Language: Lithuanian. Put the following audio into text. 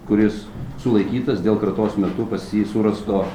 kuris sulaikytas dėl kratos metu pas jį surasto